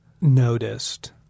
noticed